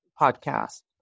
podcast